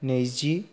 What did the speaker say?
नैजि